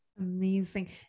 Amazing